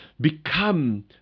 become